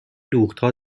دوختها